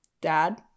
Dad